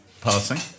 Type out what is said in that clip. passing